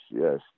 Yes